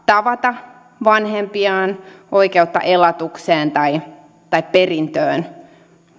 tavata vanhempiaan oikeutta elatukseen tai perintöön